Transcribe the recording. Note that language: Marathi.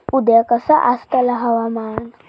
उद्या कसा आसतला हवामान?